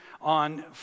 on